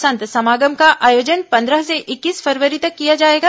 संत समागम का आयोजन पंद्रह से इक्कीस फरवरी तक किया जाएगा